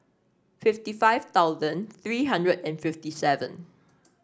fifty five thousand three hundred and fifty seven